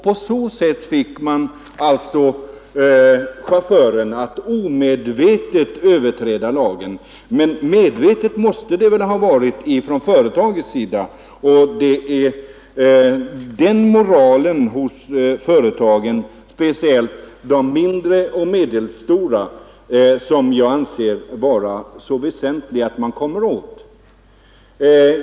På det sättet kom chauffören omedvetet att överträda lagen. Men medvetet måste det väl ha varit från företagets sida. Det är den låga moralen hos företagen — speciellt de mindre och medelstora — som jag anser det vara väsentligt att komma åt.